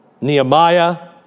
Nehemiah